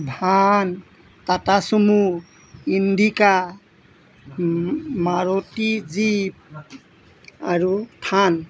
ভান টাটা চুমু Indica Maruti jeep আৰু থান